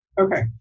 Okay